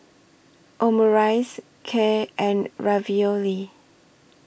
Omurice Kheer and Ravioli